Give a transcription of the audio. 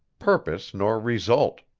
purpose nor result.